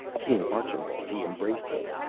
seeing archambaud, he embraced him.